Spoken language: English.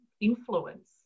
influence